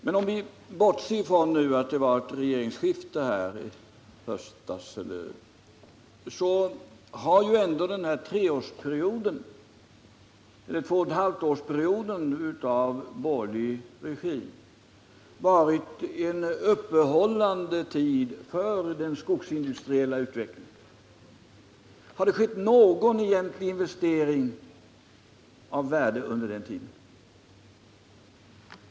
Men om vi bortser från att det var ett regeringsskifte i höstas, så har ju ändå de två och ett halvt åren av borgerlig regim inneburit ett uppehåll i den skogsindustriella utvecklingen. Har det skett någon egentlig investering av värde under den tiden?